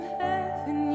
heaven